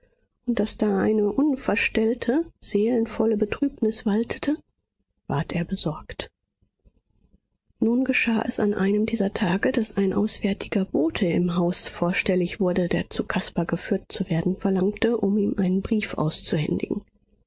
und daß da eine unverstellte seelenvolle betrübnis waltete ward er besorgt nun geschah es an einem dieser tage daß ein auswärtiger bote im haus vorstellig wurde der zu caspar geführt zu werden verlangte um ihm einen brief